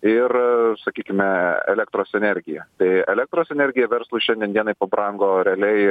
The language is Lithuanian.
ir sakykime elektros energija tai elektros energija verslui šiandien dienai pabrango realiai